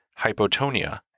hypotonia